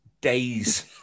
days